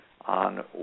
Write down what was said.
on